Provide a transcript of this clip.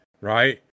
right